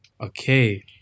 Okay